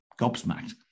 gobsmacked